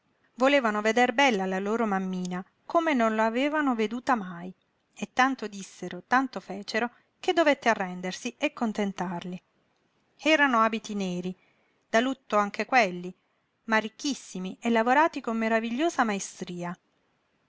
volevano veder bella la loro mammina come non la avevano veduta mai e tanto dissero tanto fecero che dovette arrendersi e contentarli erano abiti neri da lutto anche quelli ma ricchissimi e lavorati con meravigliosa maestria